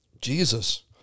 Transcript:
Jesus